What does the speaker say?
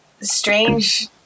strange